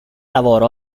lavoro